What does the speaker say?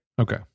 okay